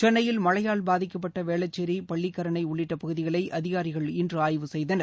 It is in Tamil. சென்னையில் மழையால் பாதிக்கப்பட்ட வேளச்சேரி பள்ளிக்கரணை உள்ளிட்ட பகுதிகளை அதிகாரிகள் இன்று ஆய்வு செய்தனர்